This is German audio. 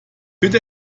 bitte